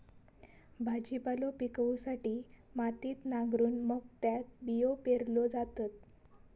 भाजीपालो पिकवूसाठी मातीत नांगरून मग त्यात बियो पेरल्यो जातत